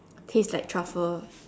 taste like truffle